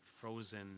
frozen